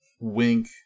Wink